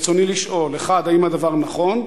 ברצוני לשאול: האם הדבר נכון?